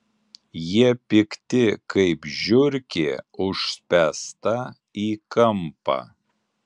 jie pikti kaip žiurkė užspęsta į kampą